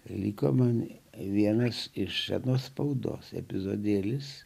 lyg kamanė vienas iš etnos spaudos epizodėlis